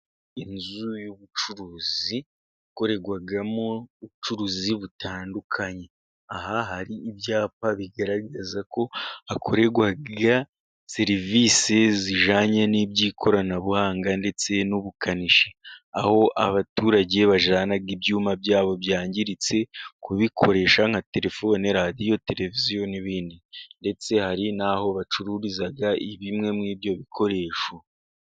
Inzu y'ubucuruzi ikorerwamo ubucuruzi butandukanye, aha hari ibyapa bigaragaza ko hakorerwa serivisi zijyanye n'iby'ikoranabuhanga, ndetse n'ubukanishi. Aho abaturage bajyana ibyuma byabo byangiritse kubikoresha, nka telefoni, radiyo, televiziyo n'ibindi, ndetse hari n'aho bacururiza bimwe muri ibyo bikoresho.